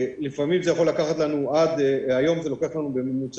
לפעמים זה יכול לקחת לנו עד היום זה לוקח לנו בממוצע,